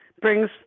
brings